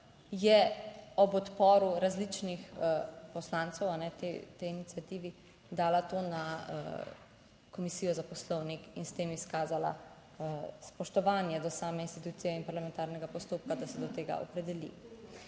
je ob odporu različnih poslancev tej iniciativi dala to na Komisijo za poslovnik in s tem izkazala spoštovanje do same institucije in parlamentarnega postopka, da se do tega opredeli.